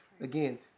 again